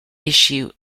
issue